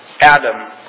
Adam